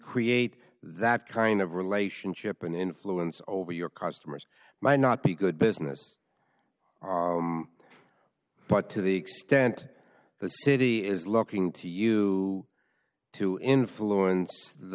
create that kind of relationship and influence over your customers might not be good business but to the extent the city is looking to you to influence the